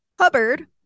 Hubbard